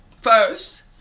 first